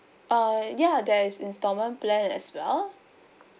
uh ya there is instalment plan as well